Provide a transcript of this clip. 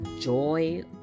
joy